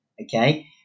okay